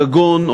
או גגון,